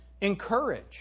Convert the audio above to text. Encourage